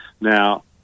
Now